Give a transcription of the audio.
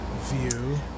view